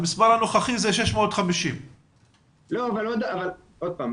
המספר הנוכחי זה 650. עוד פעם,